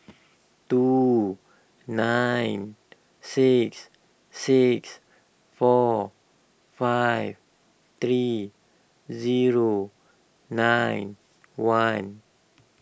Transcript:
two nine six six four five three zero nine one